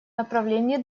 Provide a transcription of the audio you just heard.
направлении